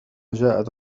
جاءت